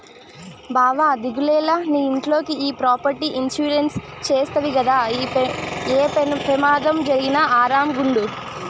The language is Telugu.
బావా దిగులేల, నీ ఇంట్లోకి ఈ ప్రాపర్టీ ఇన్సూరెన్స్ చేస్తవి గదా, ఏ పెమాదం జరిగినా ఆరామ్ గుండు